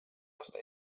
aasta